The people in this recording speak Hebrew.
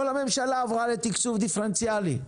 כל הממשלה עברה לתקצוב דיפרנציאלי.